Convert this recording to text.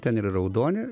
ten yra raudoni